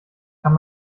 kann